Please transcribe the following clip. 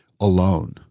alone